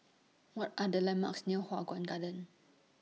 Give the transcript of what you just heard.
What Are The landmarks near Hua Guan Garden